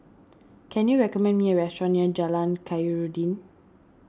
can you recommend me a restaurant near Jalan Khairuddin